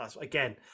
Again